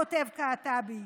כותב קעטבי,